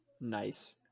Nice